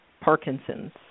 Parkinson's